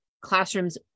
classrooms